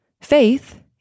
Faith